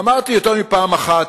אמרתי יותר מפעם אחת,